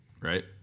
right